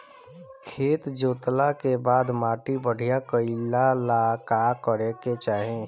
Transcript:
खेत जोतला के बाद माटी बढ़िया कइला ला का करे के चाही?